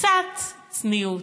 קצת צניעות.